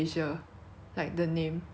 the night that we reach right